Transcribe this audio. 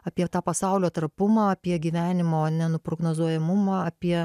apie tą pasaulio trapumą apie gyvenimo nenuprognozuojamumą apie